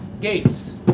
Gates